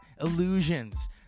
illusions